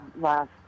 last